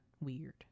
weird